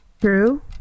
true